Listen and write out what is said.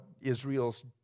Israel's